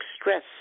stress